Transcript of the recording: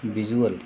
visual